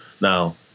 Now